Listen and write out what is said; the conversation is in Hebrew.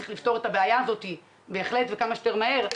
צריך לפתור את הבעיה הזו וכמה שיותר מהר.